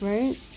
Right